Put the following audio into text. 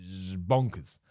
bonkers